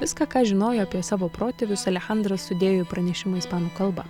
viską ką žinojo apie savo protėvius alechandras sudėjo į pranešimą ispanų kalba